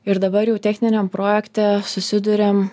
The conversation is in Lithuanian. ir dabar jau techniniam projekte susiduriam